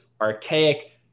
archaic